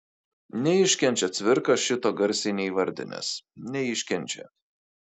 neiškenčia cvirka šito garsiai neįvardinęs neiškenčia